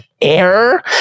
air